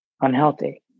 Unhealthy